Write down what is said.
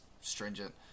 stringent